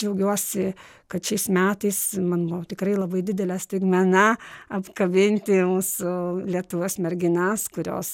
džiaugiuosi kad šiais metais man buvo tikrai labai didelė staigmena apkabinti mūsų lietuvos merginas kurios